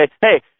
hey